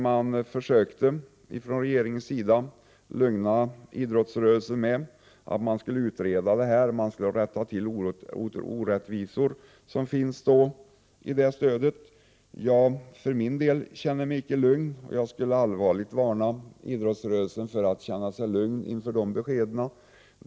Man försökte från regeringens sida lugna idrottsrörelsen med att säga att frågan skulle utredas och att man skulle rätta till de orättvisor som finns i stödet. Jag för min del känner miginte lugn, och jag vill allvarligt varna idrottsrörelsen för att känna sig lugn efter de beskeden.